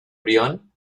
brión